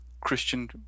Christian